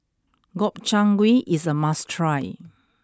Gobchang Gui is a must try